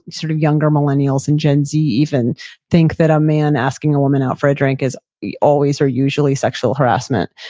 sort of younger millennials and gen z even think that a man asking a woman out for a drink is always or usually sexual harassment.